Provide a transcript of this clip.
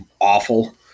awful